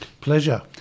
pleasure